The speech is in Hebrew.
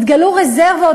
התגלו רזרבות,